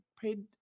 paid